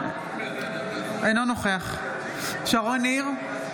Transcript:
אינו נוכח שרון ניר,